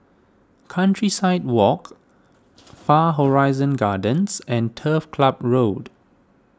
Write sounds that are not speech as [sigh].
Countryside Walk [noise] Far Horizon Gardens and Turf Club Road